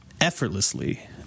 effortlessly